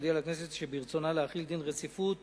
להודיע לכנסת שברצונה להחיל דין רציפות